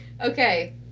Okay